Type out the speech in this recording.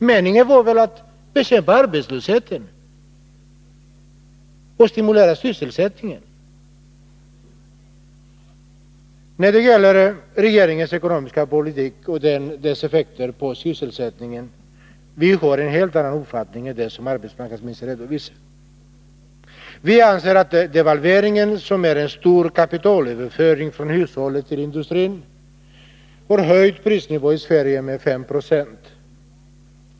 Meningen var väl att bekämpa arbetslösheten och stimulera sysselsättningen. När det gäller regeringens ekonomiska politik och dess effekter på sysselsättningen har vi en helt annan uppfattning än den som arbetsmarknadsministern redovisade. Vi anser att devalveringen, som är en stor kapitalöverföring från hushållen till industrin, medför en höjning av prisnivån med 5 9 i Sverige.